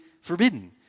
forbidden